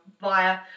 via